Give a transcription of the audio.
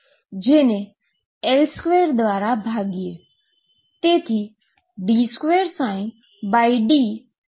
જેને L2 દ્વારા ભાગીએ